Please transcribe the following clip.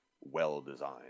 well-designed